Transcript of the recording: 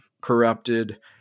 corrupted